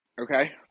Okay